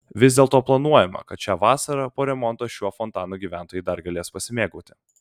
vis dėlto planuojama kad šią vasarą po remonto šiuo fontanu gyventojai dar galės pasimėgauti